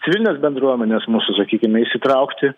civilines bendruomenės mūsų sakykime įsitraukti